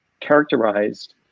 characterized